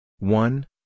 One